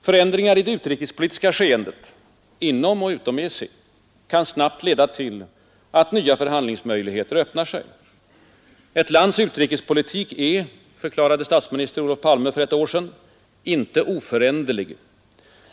Förändringar i det utrikespolitiska skeendet — inom och utom EEC kan snabbt leda till att nya förhandlingsmöjligheter öppnar sig. Ett lands utrikespolitik är — förklarade statsminister Olof Palme för ett år sedan — ”inte oföränderlig”.